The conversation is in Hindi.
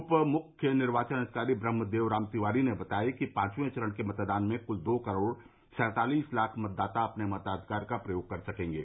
उप मुख्य निर्वाचन अधिकारी ब्रहम देव राम तिवारी ने बताया कि पांचवे चरण के मतदान में कुल दो करोड़ सैंतालीस लाख मतदाता अपने मताधिकार का प्रयोग कर सकेंगे